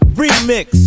remix